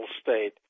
state